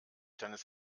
deines